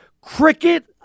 cricket